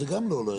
זה גם לא.